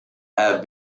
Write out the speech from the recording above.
have